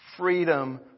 Freedom